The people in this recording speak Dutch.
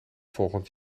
volgend